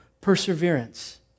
perseverance